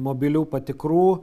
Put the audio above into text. mobilių patikrų